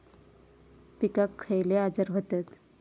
पिकांक खयले आजार व्हतत?